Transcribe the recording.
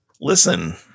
Listen